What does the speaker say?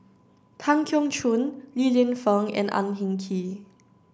Tan Keong Choon Li Lienfung and Ang Hin Kee